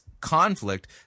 conflict